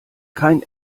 kein